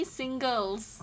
singles